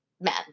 men